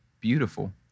beautiful